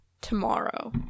tomorrow